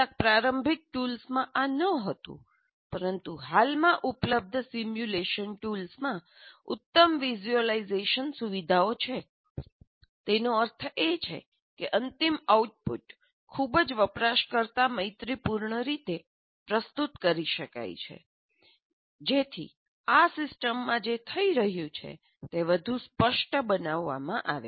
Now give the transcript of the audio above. કેટલાક પ્રારંભિક ટૂલ્સમાં આ ન હતું પરંતુ હાલમાં ઉપલબ્ધ સિમ્યુલેશન ટૂલ્સમાં ઉત્તમ વિઝ્યુલાઇઝેશન સુવિધાઓ છે તેનો અર્થ એ કે અંતિમ આઉટપુટ ખૂબ જ વપરાશકર્તા મૈત્રીપૂર્ણ રીતે પ્રસ્તુત કરી શકાય છે જેથી આ સિસ્ટમમાં જે થઈ રહ્યું છે તે વધુ સ્પષ્ટ બનાવવામાં આવે